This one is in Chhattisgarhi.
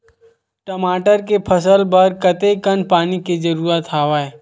टमाटर के फसल बर कतेकन पानी के जरूरत हवय?